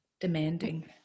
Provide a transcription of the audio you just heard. Demanding